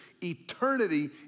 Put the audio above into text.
eternity